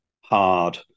hard